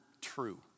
true